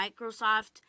Microsoft